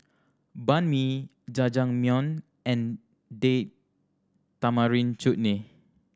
Banh Mi Jajangmyeon and Date Tamarind Chutney